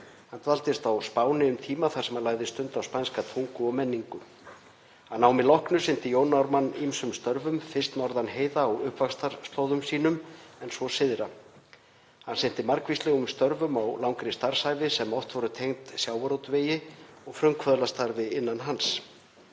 Hann dvaldist á Spáni um tíma þar sem hann lagði stund á spænska tungu og menningu. Að námi loknu sinnti Jón Ármann ýmsum störfum, fyrst norðan heiða á uppvaxtarslóðum sínum, en svo syðra. Hann sinnti margvíslegum störfum á langri starfsævi, sem oft voru tengd sjávarútvegi og frumkvöðlastarfi innan hans.